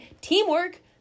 teamwork